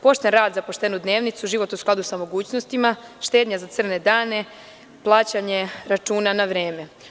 Pošten rad za poštenu dnevnicu, život u skladu sa mogućnostima, štednja za crne dane, plaćanje računa na vreme.